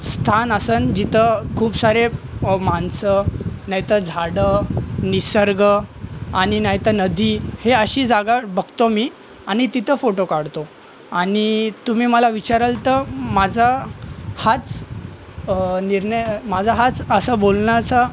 स्थान असंन जिथं खूप सारे माणसं नाही तर झाडं निसर्ग आणि नाही तर नदी हे अशी जागा बघतो मी आणि तिथं फोटो काढतो आणि तुम्ही मला विचाराल तर माझा हाच निर्णय माझा हाच असं बोलण्याचा